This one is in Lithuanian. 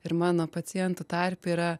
ir mano pacientų tarpe yra